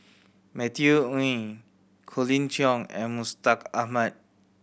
Matthew Ngui Colin Cheong and Mustaq Ahmad